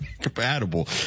compatible